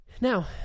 Now